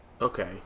Okay